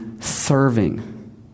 serving